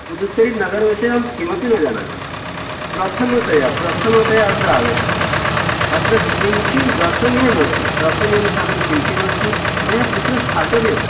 पुदुच्चरिनगरविषये अहं किमपि न जानामि प्रथमतया प्रथमतया अत्र आगतः अत्र किं किं दर्शनीयमस्ति दर्शनीयं स्थानं किं किम् अस्ति मया कुत्र स्थातव्यं